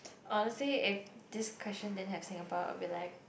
honestly if this question didn't have Singapore I will be like